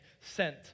sent